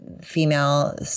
female